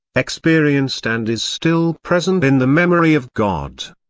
experienced and is still present in the memory of god.